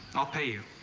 i'll pay you.